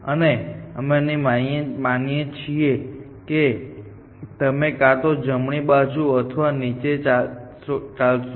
અને અમે માનીએ છીએ કે તમે કાં તો જમણી બાજુ અથવા નીચે ચાલશો